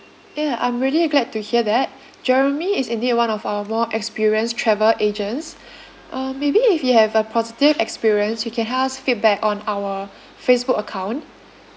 ya I'm really glad to hear that jeremy is indeed one of our more experienced travel agents uh maybe if you have a positive experience you can help us feedback on our Facebook account